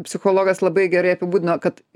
psichologas labai gerai apibūdino kad